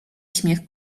śmiech